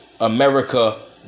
America